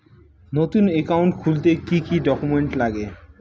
নতুন একাউন্ট খুলতে কি কি ডকুমেন্ট লাগে?